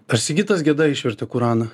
ar sigitas geda išvertė kuraną